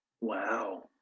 Wow